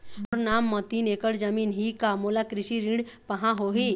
मोर नाम म तीन एकड़ जमीन ही का मोला कृषि ऋण पाहां होही?